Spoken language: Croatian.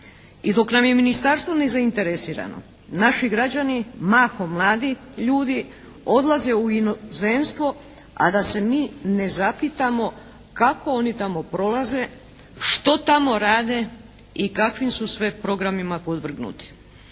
I dok nam je Ministarstvo nezainteresirano naši građani mahom mladi ljudi odlaze u inozemstvo a da se mi ne zapitamo kako oni tamo prolaze, što tamo rade i kakvim su sve programima podvrgnuti.